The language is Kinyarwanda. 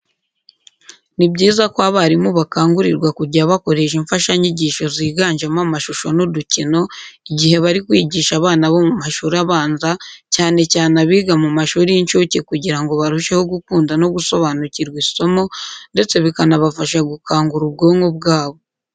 Ni byiza ko abarimu bakangurirwa kujya bakoresha imfashanyigisho ziganjemo amashusho n'udukino igihe bari kwigisha abana bo mu mashuri abanza cyane cyane abiga mu mashuri y'incuke kugira ngo barusheho gukunda no gusobanukirwa isomo ndetse bikanabafasha gukangura ubwonko bwabo.